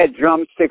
drumsticks